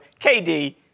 KD